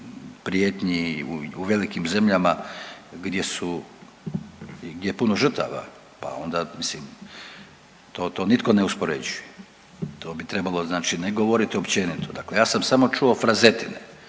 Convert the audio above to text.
prijetnji u velikim zemljama gdje su, gdje je puno žrtava. Pa onda mislim to nitko ne uspoređuje, to bi trebalo znači ne govoriti općenito. Dakle, ja sam samo čuo frazetine,